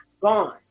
gone